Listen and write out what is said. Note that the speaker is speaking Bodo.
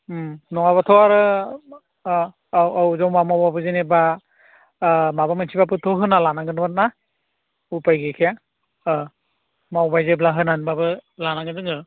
नङाब्लाथ' आर' औ औ जमा मावब्लाबो जेनेबा माबा मोनसेब्लाबोथ' होना लानांगोन ना उफाय गैखाया मावबाय जेब्ला होनानैब्लाबो लानांगोन जोङो